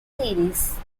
series